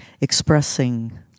expressing